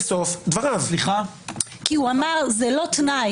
כי הוא אמר שזה לא תנאי.